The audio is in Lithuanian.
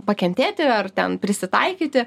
pakentėti ar ten prisitaikyti